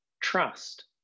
Trust